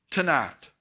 Tonight